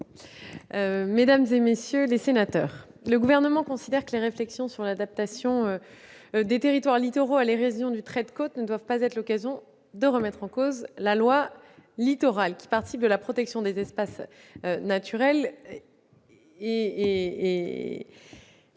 mesdames, messieurs les sénateurs, le Gouvernement considère que les réflexions sur l'adaptation des territoires littoraux à l'érosion du trait de côte ne doivent pas être l'occasion de remettre en cause la loi Littoral, qui participe de la protection des espaces naturels